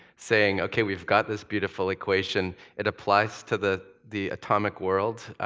saying, ok, we've got this beautiful equation. it applies to the the atomic world.